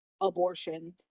abortion